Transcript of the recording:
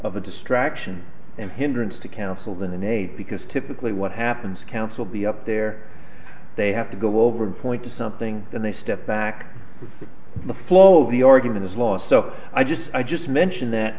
of a distraction and hindrance to counsel than an aide because typically what happens counsel be up there they have to go over and point to something and they step back the flow of the organ is lost so i just i just mention that